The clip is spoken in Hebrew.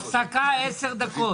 הפסקה 10 דקות.